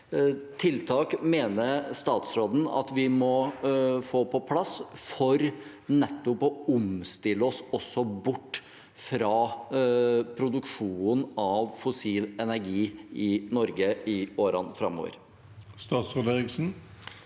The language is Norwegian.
tiltak mener statsråden vi må få på plass for nettopp å omstille oss bort fra produksjonen av fossil energi i Norge i årene framover?